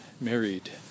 married